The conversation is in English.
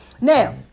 Now